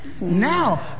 Now